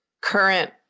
current